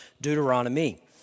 Deuteronomy